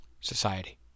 society